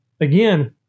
again